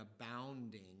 abounding